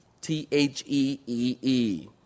T-H-E-E-E